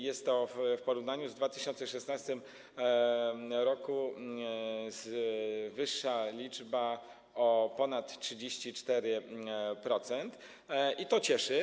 Jest to w porównaniu z 2016 r. wyższa liczba o ponad 34%, i to cieszy.